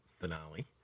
finale